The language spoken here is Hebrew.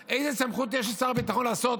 איזו סמכות יש לשר הביטחון לעשות